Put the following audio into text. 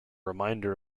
reminder